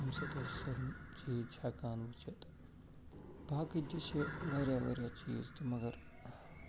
أمۍ سۭتۍ أسۍ سٲلِم چیٖز چھِ ہٮ۪کان وُچِتھ باقٕے تہِ چھِ واریاہ واریاہ چیٖز تہٕ مگر